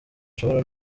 ashobora